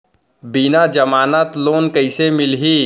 बिना जमानत लोन कइसे मिलही?